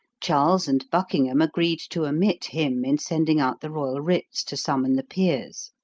charles and buckingham agreed to omit him in sending out the royal writs to summon the peers.